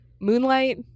Moonlight